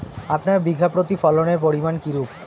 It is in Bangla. আপনার বিঘা প্রতি ফলনের পরিমান কীরূপ?